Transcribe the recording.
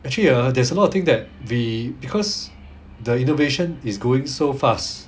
actually uh there's a lot of thing that the because the innovation is going so fast